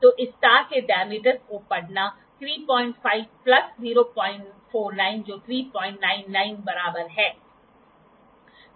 तो इस तार के डायमीटर को पढ़ना 35 प्लस 049 जो 399 बराबर है